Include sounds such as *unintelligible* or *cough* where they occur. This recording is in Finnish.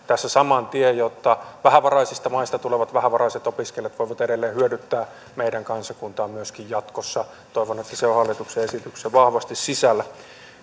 *unintelligible* tässä saman tien jotta vähävaraisista maista tulevat vähävaraiset opiskelijat voivat edelleen hyödyttää meidän kansakuntaa myöskin jatkossa toivon että se on hallituksen esityksessä vahvasti sisällä